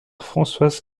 françoise